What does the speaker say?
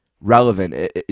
relevant